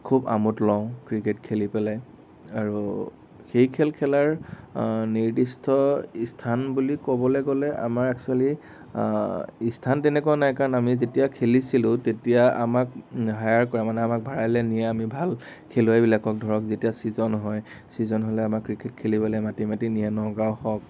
খুব আমোদ লওঁ ক্ৰিকেট খেলি পেলাই আৰু সেই খেল খেলাৰ নিৰ্দিষ্ট ইস্থান বুলি ক'বলে গ'লে আমাৰ এক্সোৱেলি ইস্থান তেনেকুৱা নাই কাৰণ আমি যেতিয়া খেলিছিলোঁ তেতিয়া আমাক হায়াৰ কৰে মানে ভাড়ালে নিয়ে আমি ভাল খেলুৱৈবিলাকক ধৰক যেতিয়া ছিজন হয় ছিজন হ'লে আমাক ক্ৰিকেট খেলিবলে মাতি মাতি নিয়ে নগাঁও হক